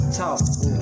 talk